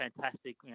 fantastic